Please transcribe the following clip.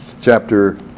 chapter